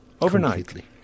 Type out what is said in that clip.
Overnight